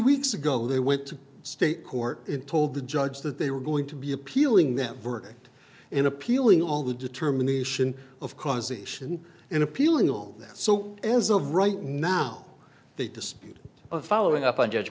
weeks ago they went to state court told the judge that they were going to be appealing that verdict in appealing all the determination of causation in appealing all that so as of right now they dispute a following up on judge